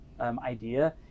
idea